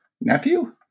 nephew